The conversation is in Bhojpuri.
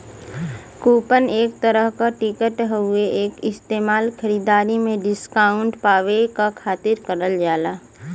कूपन एक तरह क टिकट हउवे एक इस्तेमाल खरीदारी में डिस्काउंट पावे क खातिर करल जाला